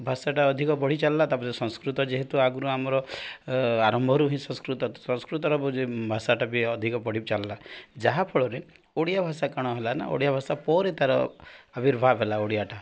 ଭାଷାଟା ଅଧିକ ବଢ଼ିଚାଲିଲା ତାପରେ ସଂସ୍କୃତ ଯେହେତୁ ଆଗରୁ ଆମର ଆରମ୍ଭ ର ହିଁ ସଂସ୍କୃତ ସଂସ୍କୃତର ଭାଷାଟା ବି ଅଧିକ ବଢ଼ି ଚାଲିଲା ଯାହାଫଳରେ ଓଡ଼ିଆ ଭାଷା କାଣ ହେଲା ନା ଓଡ଼ିଆ ଭାଷା ପରେ ତାର ଆବିର୍ଭାବ ହେଲା ଓଡ଼ିଆଟା